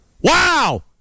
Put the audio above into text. Wow